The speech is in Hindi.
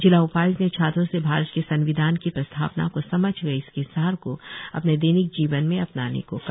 जिला उपाय्क्त ने छात्रों से भारत के संविधान की प्रस्तावना को समझकर इसके सार को अपने दैनिक जीवन में अपनाने को कहा